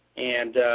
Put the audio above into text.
and